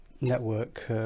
network